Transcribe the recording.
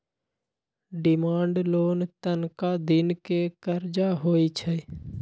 demand loan तनका दिन के करजा होइ छइ